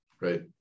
Right